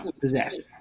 disaster